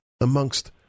amongst